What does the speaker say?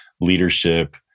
leadership